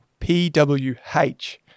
PWH